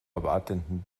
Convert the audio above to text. erwartenden